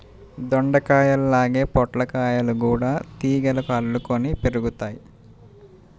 దొండకాయల్లాగే పొట్లకాయలు గూడా తీగలకు అల్లుకొని పెరుగుతయ్